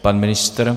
Pan ministr?